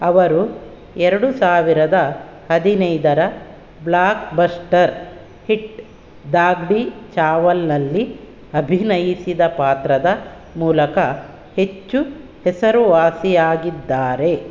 ಅವರು ಎರಡು ಸಾವಿರದ ಹದಿನೈದರ ಬ್ಲಾಕ್ಬಸ್ಟರ್ ಹಿಟ್ ದಾಗ್ಡಿ ಚಾವಲ್ನಲ್ಲಿ ಅಭಿನಯಿಸಿದ ಪಾತ್ರದ ಮೂಲಕ ಹೆಚ್ಚು ಹೆಸರುವಾಸಿಯಾಗಿದ್ದಾರೆ